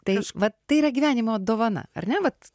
tai vat tai yra gyvenimo dovana ar ne vat